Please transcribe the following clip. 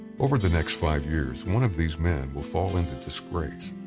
over the next five years one of these men will fall into disgrace,